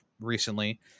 recently